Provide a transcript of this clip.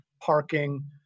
parking